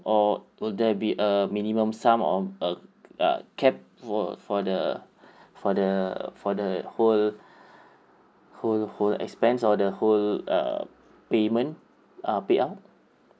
or will there be a minimum sum on uh uh cap for for the for the for the whole whole whole expense or the whole uh payment uh payout